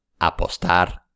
apostar